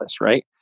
right